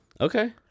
Okay